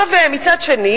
מצד שני,